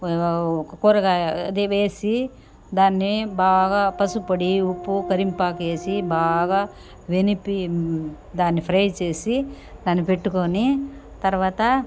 ఓ ఒక కూరగాయ అదే వేసి దాన్ని బాగా పసుపొడి ఉప్పు కరింపాకేసి బాగా ఎనిపి దాన్ని ఫ్రై చేసి దాన్ని పెట్టుకొని తర్వాత